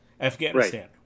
Afghanistan